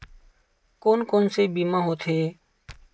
कोन कोन से बीमा होथे?